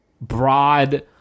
broad